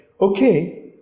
okay